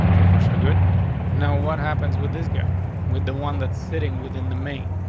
so far, so good know what happens with this guy with the one that's sitting within the main.